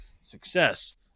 success